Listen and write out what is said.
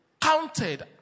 counted